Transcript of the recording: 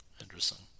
Interesting